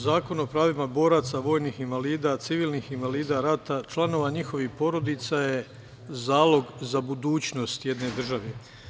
Zakon o pravima boraca, vojnih invalida, civilnih invalida rata, članova njihovih porodica je zalog za budućnost jedne države.